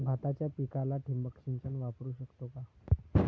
भाताच्या पिकाला ठिबक सिंचन वापरू शकतो का?